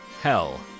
hell